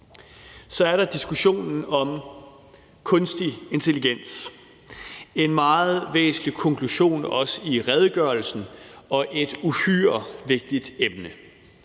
Så er der diskussionen om kunstig intelligens – en meget væsentlig konklusion også i redegørelsen og et uhyre vigtigt emne.